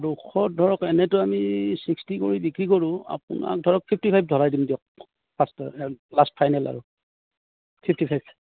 দুশ ধৰক এনেতো আমি ছিক্সটি কৰি বিক্ৰী কৰোঁ আপোনাক ধৰক ফিফটি ফাইভ ধৰাই দিম দিয়ক লাষ্ট ফাইনেল আৰু ফিফটি ফাইভ